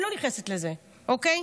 אני לא נכנסת לזה, אוקיי?